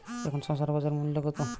এখন শসার বাজার মূল্য কত?